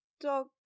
dog